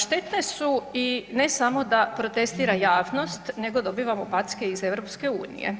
Štetne su i ne samo da protestira javnost nego dobivamo packe iz EU.